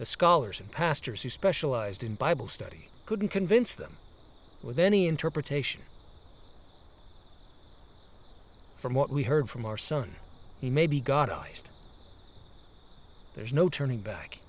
the scholars and pastors who specialized in bible study couldn't convince them with any interpretation from what we heard from our son he maybe got iced there's no turning back